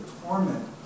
torment